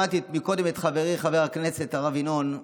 שמעתי קודם את חברי חבר הכנסת הרב ינון,